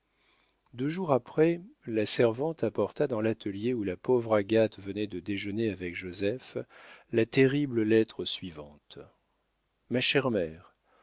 deux jours après la servante apporta dans l'atelier où la pauvre agathe venait de déjeuner avec joseph la terrible lettre suivante ma chère mère